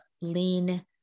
lean